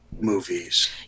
movies